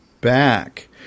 back